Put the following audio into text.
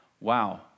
Wow